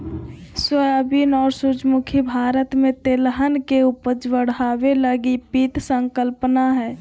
soybean और सूरजमुखी भारत में तिलहन के उपज बढ़ाबे लगी पीत संकल्पना हइ